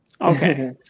Okay